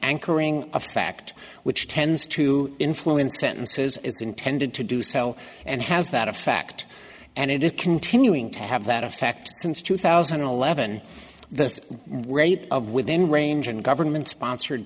anchoring a fact which tends to influence sentences it's intended to do so and has that effect and it is continuing to have that effect since two thousand and eleven the rate of within range and government sponsored